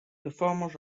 performers